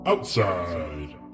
outside